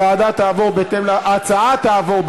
ההצעה תעבור,